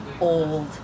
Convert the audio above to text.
old